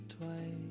twice